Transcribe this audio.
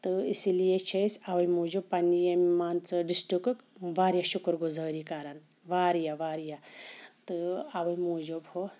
تہٕ اِسی لیے چھِ أسۍ اَوے موٗجوٗب پَننہِ ییٚمہِ مان ژٕ ڈِسٹرکُک واریاہ شُکُر گُزٲری کَران واریاہ واریاہ تہٕ اَوے موٗجوٗب